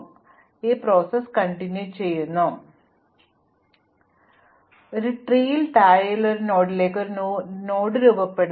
അതിനാൽ വൃക്ഷത്തിന്റെ ഭാഗമല്ലാത്ത ആദ്യത്തെ തരം എഡ്ജ് ആണ് ഞങ്ങൾ ഫോർവേഡ് എഡ്ജ് എന്ന് വിളിക്കുന്നത് അതിനാൽ ഫോർവേഡ് എഡ്ജ് എന്നത് ഒരു എഡ്ജ് ആണ് അത് ട്രീയിൽ താഴെയുള്ള ഒരു നോഡിലേക്ക് ഒരു നോഡ് രൂപപ്പെടുത്തുന്നു